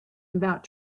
about